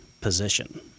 position